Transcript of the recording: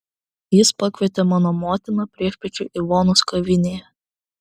jis pakvietė mano motiną priešpiečių ivonos kavinėje